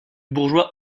bourgeois